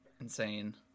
insane